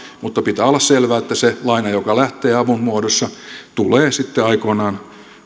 mutta pitää olla selvää että se laina joka lähtee avun muodossa tulee sitten aikoinaan